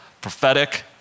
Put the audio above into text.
prophetic